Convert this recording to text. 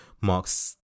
Mark's